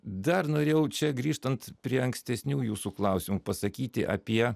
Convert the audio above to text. dar norėjau čia grįžtant prie ankstesnių jūsų klausimų pasakyti apie